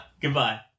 Goodbye